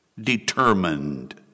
determined